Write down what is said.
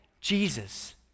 Jesus